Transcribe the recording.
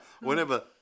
Whenever